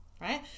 right